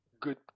good